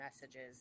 messages